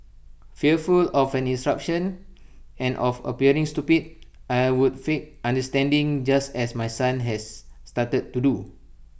fearful of an eruption and of appearing stupid I would feign understanding just as my son has started to do